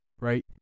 right